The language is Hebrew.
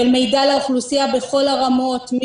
של מידע לאוכלוסייה בכל הרמות,